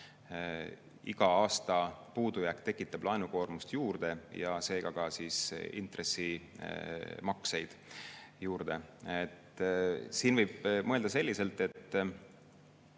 Igal aastal puudujääk tekitab laenukoormust juurde, seega ka intressimakseid. Siin võib mõelda selliselt, et